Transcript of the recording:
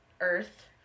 earth